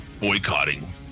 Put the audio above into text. boycotting